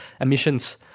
emissions